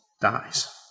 dies